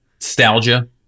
nostalgia